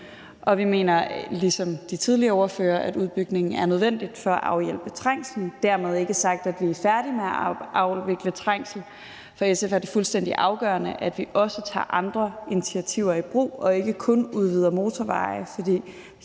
vi mener ligesom de tidligere ordførere, at udbygningen er nødvendig for at afhjælpe trængslen. Dermed ikke sagt, at vi er færdige med at afvikle trængsel. For SF er det fuldstændig afgørende, at vi også tager andre initiativer i brug og ikke kun udvider motorveje,